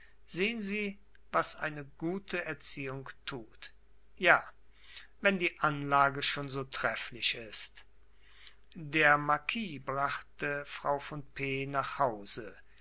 sehen sie was eine gute erziehung tut ja wenn die anlage schon so trefflich ist der marquis brachte frau von p nach hause